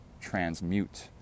transmute